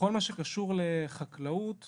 בכל מה שקשור לחקלאות,